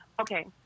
Okay